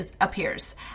appears